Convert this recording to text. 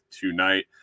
tonight